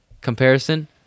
Comparison